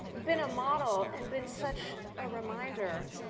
been a model and been such a reminder